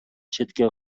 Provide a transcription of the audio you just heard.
четке